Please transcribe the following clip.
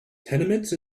tenements